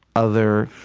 other,